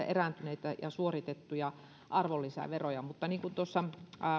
erääntyneitä ja suoritettuja arvonlisäveroja mutta niin kuin tuossa